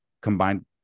combined